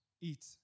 eat